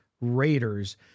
Raiders